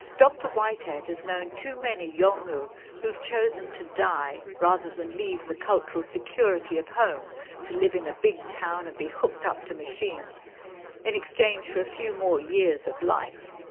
dr whitehead has known too many yolngu who've chosen to die rather than leave the cultural security of home to live in a big town and be hooked up to machines in exchange for a few more years of life.